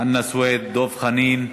חנא סוייד, דב חנין,